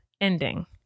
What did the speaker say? ending